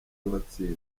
uwatsinze